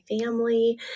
family